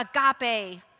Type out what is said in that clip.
agape